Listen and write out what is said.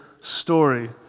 story